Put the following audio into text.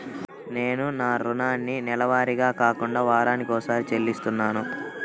నేను నా రుణాన్ని నెలవారీగా కాకుండా వారానికోసారి చెల్లిస్తున్నాను